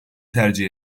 tercih